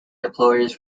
employers